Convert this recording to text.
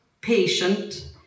patient